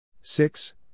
six